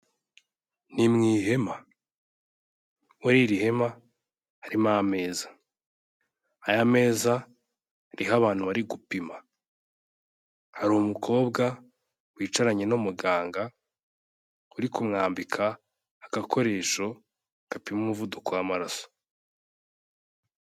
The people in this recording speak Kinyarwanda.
Ni mu ihema. Muri iri hema harimo ameza. Aya meza ariho abantu bari gupima. Hari umukobwa wicaranye n'umuganga, uri kumwambika agakoresho gapima umuvuduko w'amaraso.